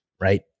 right